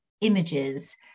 images